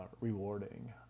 rewarding